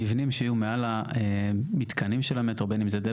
המבנים שיהיו מעל המתקנים של המטרו,